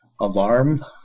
alarm